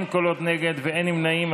אין קולות נגד, אין נמנעים.